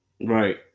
right